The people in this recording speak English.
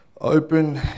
open